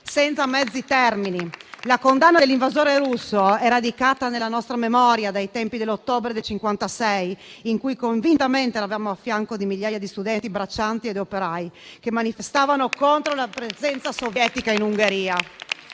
senza mezzi termini. La condanna dell’invasore russo è radicata nella nostra memoria dai tempi dell’ottobre del 1956, in cui convintamente eravamo a fianco di migliaia di studenti, braccianti e operai che manifestavano contro la presenza sovietica in Ungheria.